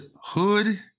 Hood